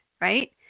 right